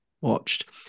watched